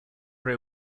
very